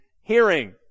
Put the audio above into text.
hearing